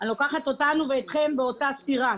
אני לוקחת אותנו ואותכם באותה סירה.